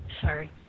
Sorry